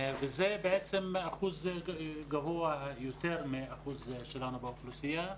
זה אחוז גבוה יותר מהאחוז שלנו באוכלוסייה.